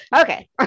Okay